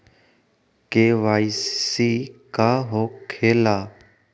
KYC का हो के ला?